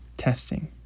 Testing